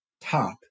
top